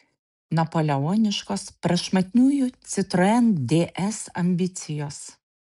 napoleoniškos prašmatniųjų citroen ds ambicijos